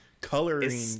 Coloring